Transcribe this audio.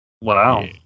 Wow